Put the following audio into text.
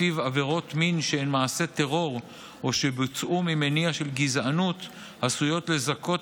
שלפיו עבירות מין שהן מעשה טרור או שבוצעו ממניע של גזענות עשויות לזכות